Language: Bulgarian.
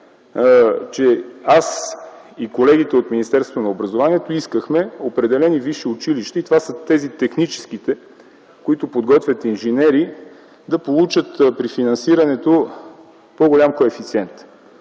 че аз и колегите от Министерството на образованието, младежта и науката искахме определени висши училища, и това са именно техническите, които подготвят инженери, да получат при финансирането по-голям коефициент.